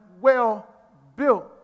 well-built